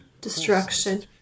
destruction